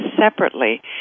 separately